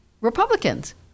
Republicans